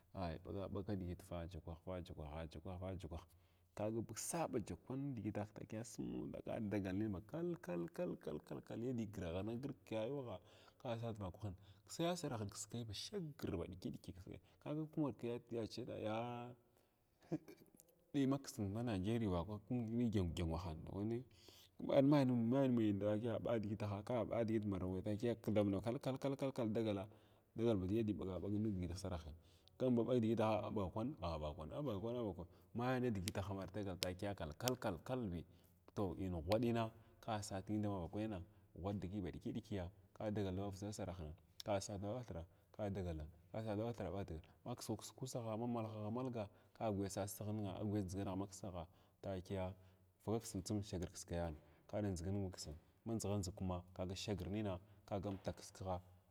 Ah ai ɓaga bag kidigit fa ata kwaha jakwaha takwah takwah kaga sas jabukwan nidigita takiya smuɗa ka diʒi dagala kal kal kal kal kal kal yaddi girghin girg kwayuwagh ka sas tavakwahin ksa ya sarahin kskai ba shagir ba ɗiki ɗiki ka ga kuma ya li nah maksin ma nageriyin vakwah kimi li gyəu gyəuhanin wani ar mai ma mai min takiya ar ɓa digituha ka ba ɓa digi marawa kiya takiya kthzvna kal kal kal kal dagala, dagal ba yaddi ɓaga bag nidigin asarah kal ba ɓag digin as abaga kwn a ɓa kwan aɓaga kwan aɓa kwan mai nidigitah mar dagal takiya kalkal kal bi toh, in ghwaɗina ka sas nin davavaka kwanina ghwaɗ digi ba ɗikɗiki ka dagal davaksa sarahna ka sagal dabathiraa ka dagala kasadaɓathira ka dagala ma kisgh kisg kusaghha nalahgha nalaghga ka guya sasagh kəskəgha agh guya ndʒiga maksagha takiya vaka kisa tsim shagri kiskayan kada ndʒiga nin maksin na ndʒigha ndʒig kuma kaga shagir nina kaga antuk kiskigha.